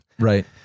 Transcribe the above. Right